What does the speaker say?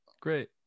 great